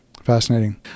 Fascinating